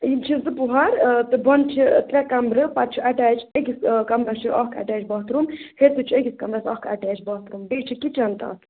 یِم چھِ زٕ پۅہَر تہٕ بۅنہٕ چھِ ترٛےٚ کمرٕ پَتہٕ چھِ اَٹیچ أکِس کَمرَس چھُ اکھ اَٹیچ باتھ روٗم ہیٚرِ تہِ چھُ أکِس کَمرَس اکھ اَٹیچ باتھ روٗم بیٚیہِ چھُ کِچَن تتھ